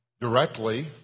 directly